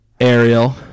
Ariel